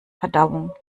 verdauung